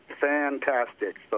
fantastic